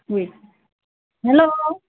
wait hello